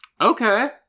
Okay